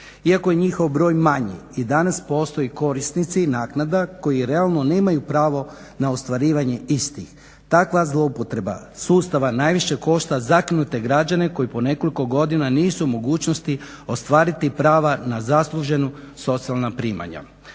Iako je njihov broj manji i danas postoje korisnici naknada koji realno nemaju pravo na ostvarivanje istih. Takva zloupotreba sustava najviše košta zakinute građane koji po nekoliko godina nisu u mogućnosti ostvariti prava na zaslužena socijalna primanja.